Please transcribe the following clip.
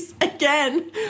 again